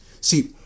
See